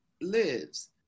lives